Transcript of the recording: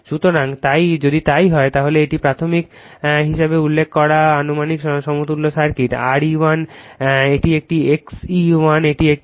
সুতরাং যদি তাই হয় তাহলে এটি প্রাথমিক হিসাবে উল্লেখ করা আনুমানিক সমতুল্য সার্কিট RE1 এটি একটি XE1 এটি একটি